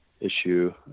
issue